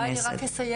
אני רק אומרת,